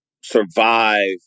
survive